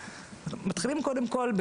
קודם כול,